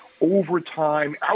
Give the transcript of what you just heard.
Overtime